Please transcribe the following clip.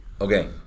Okay